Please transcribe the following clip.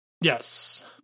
Yes